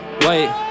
wait